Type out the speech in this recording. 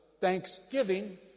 thanksgiving